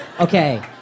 Okay